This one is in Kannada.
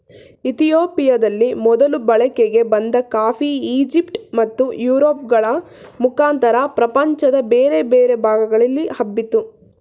ಇತಿಯೋಪಿಯದಲ್ಲಿ ಮೊದಲು ಬಳಕೆಗೆ ಬಂದ ಕಾಫಿ ಈಜಿಪ್ಟ್ ಮತ್ತು ಯುರೋಪ್ ಗಳ ಮುಖಾಂತರ ಪ್ರಪಂಚದ ಬೇರೆ ಬೇರೆ ಭಾಗಗಳಿಗೆ ಹಬ್ಬಿತು